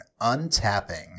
untapping